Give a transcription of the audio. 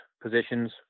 positions